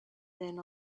then